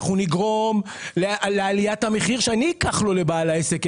אנחנו נגרום לעליית המחיר שאני אקח לבעל העסק כי